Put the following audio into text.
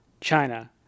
China